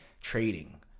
trading